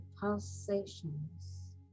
pulsations